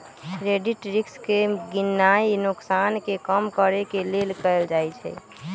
credit risk के गीणनाइ नोकसान के कम करेके लेल कएल जाइ छइ